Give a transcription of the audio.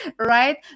right